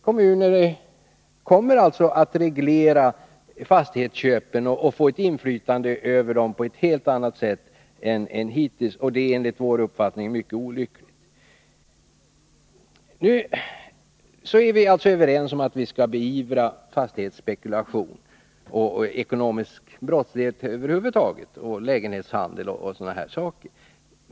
Kommuner kommer alltså att reglera fastighetsköpen och få inflytande över dem på ett helt annat sätt än hittills, och det är enligt vår uppfattning mycket olyckligt. Vi är överens om att beivra fastighetsspekulation och ekonomisk brottslighet över huvud taget, lägenhetshandel och sådana saker.